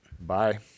Bye